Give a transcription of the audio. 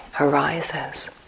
arises